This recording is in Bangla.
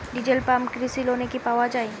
ডিজেল পাম্প কৃষি লোনে কি পাওয়া য়ায়?